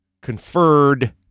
conferred